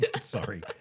Sorry